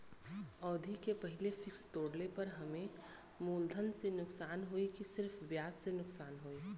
अवधि के पहिले फिक्स तोड़ले पर हम्मे मुलधन से नुकसान होयी की सिर्फ ब्याज से नुकसान होयी?